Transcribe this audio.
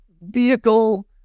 vehicle